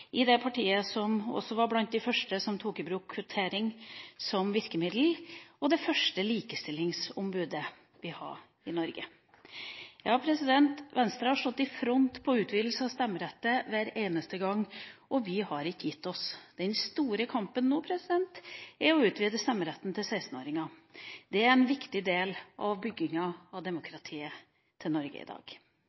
i det partiet som også var blant de første som tok i bruk kvotering som virkemiddel, og hun var det første likestillingsombudet vi hadde i Norge. Venstre har stått i front når det gjelder utvidelse av stemmeretten hver eneste gang, og vi har ikke gitt oss. Den store kampen nå er å utvide stemmeretten til å gjelde 16-åringene. Det er en viktig del av bygginga av demokratiet i Norge i dag.